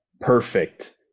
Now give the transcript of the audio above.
perfect